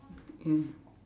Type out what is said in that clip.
ya